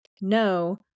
no